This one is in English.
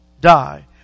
die